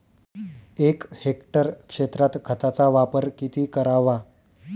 एक हेक्टर क्षेत्रात खताचा वापर किती करावा?